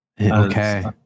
Okay